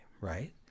right